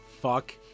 Fuck